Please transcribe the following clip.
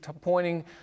pointing